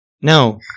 No